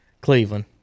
Cleveland